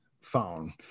phone